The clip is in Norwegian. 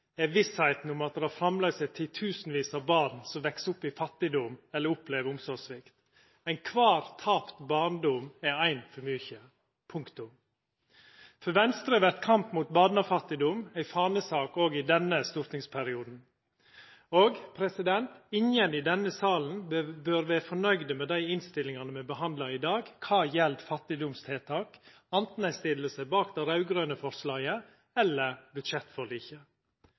er vissa om at det framleis er titusenvis av barn som veks opp i fattigdom eller opplever svikt i omsorga. Kvar tapt barndom er ein for mykje – punktum. For Venstre vert kamp mot barnefattigdom ei fanesak òg i denne stortingsperioden, og ingen i denne salen bør vera fornøgde med dei innstillingane me behandlar i dag, kva gjeld fattigdomstiltak, anten ein stiller seg bak det raud-grøne forslaget eller budsjettforliket.